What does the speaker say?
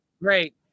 great